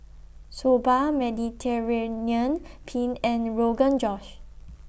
Soba Mediterranean Penne and Rogan Josh